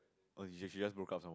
oh she she just broke up some more